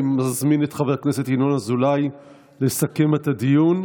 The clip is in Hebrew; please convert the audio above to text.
אני מזמין את חבר הכנסת ינון אזולאי לסכם את הדיון,